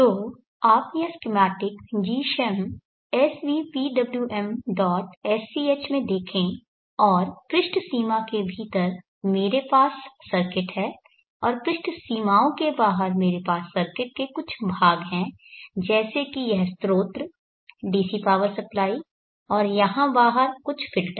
तो आप यह स्कीमैटिक gschem svpwmsch में देखें और पृष्ठ सीमा के भीतर मेरे पास सर्किट है और पृष्ठ सीमाओं के बाहर मेरे पास सर्किट के कुछ भाग हैं जैसे कि यह स्रोत DC पावर सप्लाई और यहाँ बाहर कुछ फ़िल्टर